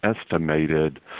estimated